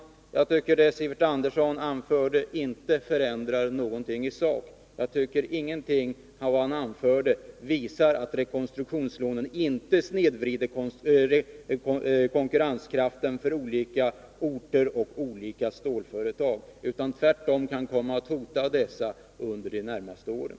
Jag tycker att det som Sivert Andersson anförde inte förändrar någonting isak. Ingenting av vad han sade visar att rekonstruktionslånen inte snedvrider konkurrenskraften för olika orter och olika stålföretag. Tvärtom kan de komma att bli ett hot mot dessa under de närmaste åren.